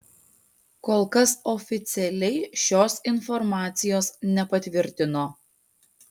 kol kas oficialiai šios informacijos nepatvirtino